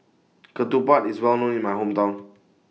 Ketupat IS Well known in My Hometown